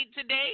today